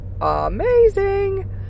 amazing